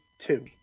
two